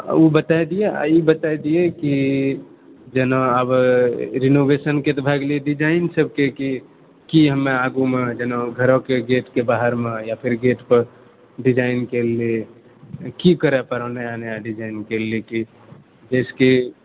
आ ओ बता दिअऽ ई बता दिअऽकि जेना आब रिनोवेशनके तऽ भए गेलए डिजाइन सबके की हमे आगूँमे जेना घरेके गेटके बाहरमे या फेर गेटके डिज़ाइनके लिए की करए पड़ए नया नया डिज़ाइनके लिए की जाहिसँ की